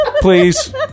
Please